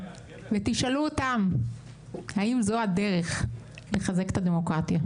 ותשאלו אותם האם זו הדרך לחזק את הדמוקרטיה,